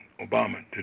Obama